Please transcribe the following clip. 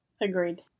Agreed